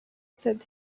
said